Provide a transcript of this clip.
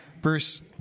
Bruce